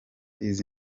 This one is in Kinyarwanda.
izi